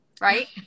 right